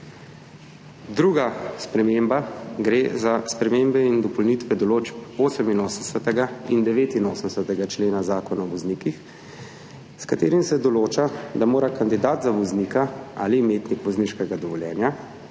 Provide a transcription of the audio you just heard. Druga sprememba, gre za spremembe in dopolnitve določb 88. in 89. člena Zakona o voznikih, s katerim se določa, da mora kandidat za voznika ali imetnik vozniškega dovoljenja,